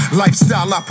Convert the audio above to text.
lifestyle